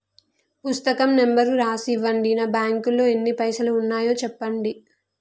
పుస్తకం నెంబరు రాసి ఇవ్వండి? నా బ్యాంకు లో ఎన్ని పైసలు ఉన్నాయో చెప్పండి?